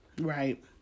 Right